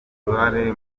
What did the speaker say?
uruhare